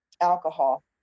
alcohol